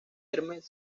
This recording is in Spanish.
hermes